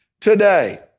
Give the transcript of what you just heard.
today